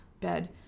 bed